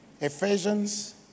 Ephesians